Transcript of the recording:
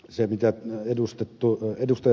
se mitä ed